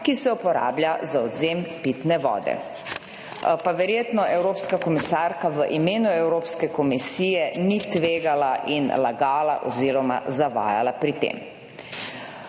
ki se uporablja za odvzem pitne vode, pa verjetno evropska komisarka v imenu Evropske komisije ni tvegala in lagala oziroma zavajala pri tem.